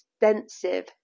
extensive